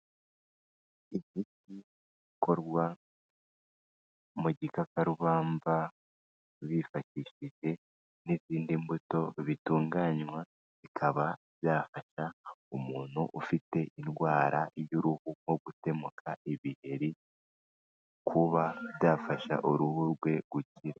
Ibikorwa mu gikarubamba bifashishije n'izindi mbuto bitunganywa, bikaba byafasha umuntu ufite indwara y'uruhu nko gutemuka, ibiheri, kuba byafasha uruhu rwe gukira.